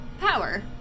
power